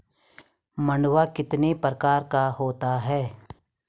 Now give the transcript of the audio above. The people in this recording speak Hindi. मंडुआ कितने प्रकार का होता है?